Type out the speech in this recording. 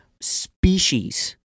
species